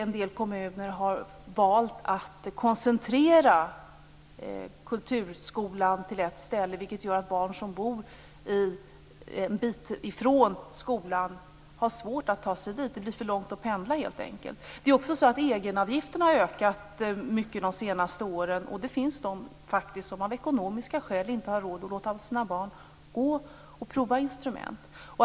En del kommuner har valt att koncentrera kulturskolan till ett ställe, vilket gör att barn som bor en bit från skolan har svårt att ta sig dit. Det blir helt enkelt för långt att pendla. Egenavgifterna har också ökat mycket under de senaste åren, och det finns faktiskt föräldrar som inte har råd att låta sina barn prova att spela instrument.